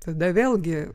tada vėlgi